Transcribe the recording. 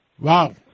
Wow